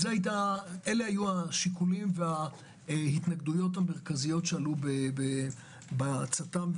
אלה היו השיקולים וההתנגדויות המרכזיות שעלו בצט"ם,